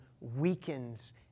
weakens